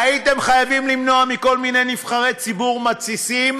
והייתם חייבים למנוע מכל מיני נבחרי ציבור מתסיסים